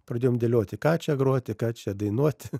pradėjom dėlioti ką čia groti ką čia dainuoti